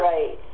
Right